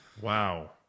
Wow